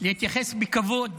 להתייחס בכבוד